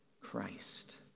Christ